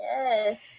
Yes